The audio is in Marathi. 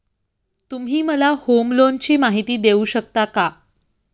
तुम्ही मला होम लोनची माहिती देऊ शकता का?